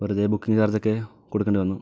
വെറുതെ ബുക്കിംഗ് ചാർജ്ജൊക്കെ കൊടുക്കേണ്ടി വന്നു